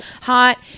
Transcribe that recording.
Hot